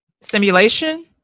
Stimulation